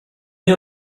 nie